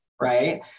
right